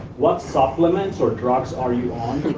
what supplements or drugs are you on